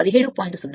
09 S0